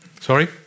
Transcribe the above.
Sorry